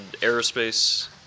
aerospace